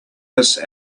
this